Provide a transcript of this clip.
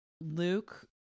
Luke